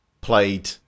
played